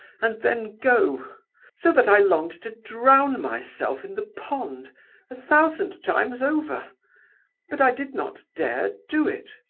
and then go so that i longed to drown myself in the pond a thousand times over but i did not dare do it.